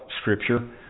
Scripture